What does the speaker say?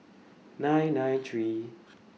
nine nine three